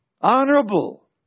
honorable